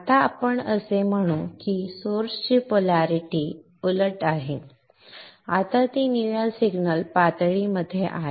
आता आपण असे म्हणू की सोर्स ची पोलारिटी उलट आहे आता ती निळ्या सिग्नल पातळीमध्ये आहे